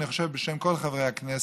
אני חושב בשם כל חברי הכנסת,